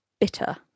bitter